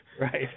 Right